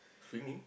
swimming